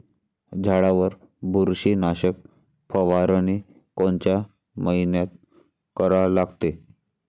झाडावर बुरशीनाशक फवारनी कोनच्या मइन्यात करा लागते?